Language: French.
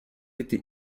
été